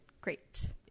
Great